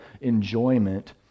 enjoyment